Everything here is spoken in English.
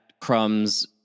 crumbs